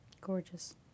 Gorgeous